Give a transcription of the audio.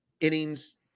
innings